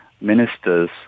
ministers